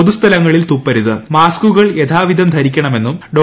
പൊതു സ്ഥലങ്ങളിൽ തുപ്പരുത് മാസ്കുകൾ യഥാവിധം ധരിക്കണമെന്നും ഡോ